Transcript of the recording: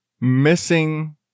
missing